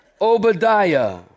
Obadiah